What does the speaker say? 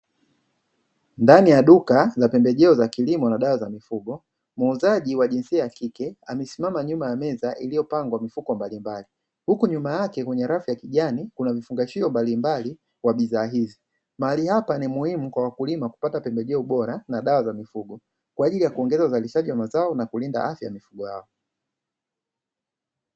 Ndani ya duka la pembejeo za kilimo na dawa za mifugo muuzaji wa jinsia ya kike amesimama nyuma ya meza iliyopangwa mifuko mbalimbali huku nyuma yake kuna rafu ya kijani kuna mfungajio mbalimbali ya bidhaa hizi mahali hapa ni muhimu kwa wakulima kupata pembejeo bora na dawa za mifugo kwa ajili ya kuongeza uzalishaji wa mazao na kulinda afya mifugo yao.